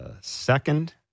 second